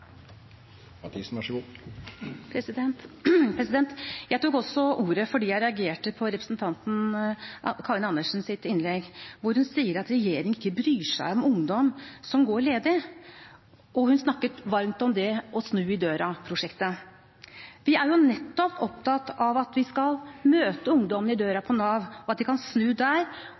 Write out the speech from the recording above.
innlegg. Hun sa at regjeringen ikke bryr seg om ungdom som går ledig. Hun snakket også varmt om «Snu i døra»-prosjektet. Vi er jo nettopp opptatt av at vi skal møte ungdommen i døra på Nav, og at de kan snu der